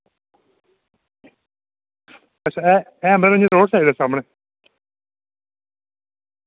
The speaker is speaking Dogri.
अच्छा है है मतलब कि इय्यां रोड़साइड ऐ सामनै